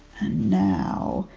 and now,